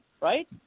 Right